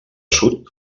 sud